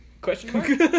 question